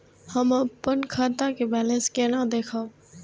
हम अपन खाता के बैलेंस केना देखब?